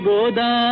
Goda